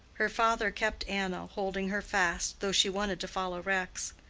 her father kept anna, holding her fast, though she wanted to follow rex.